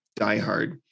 diehard